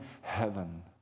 heaven